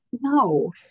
No